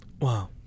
Wow